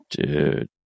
Dude